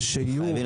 חד וחלק.